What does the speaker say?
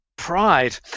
Pride